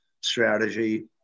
Strategy